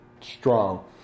strong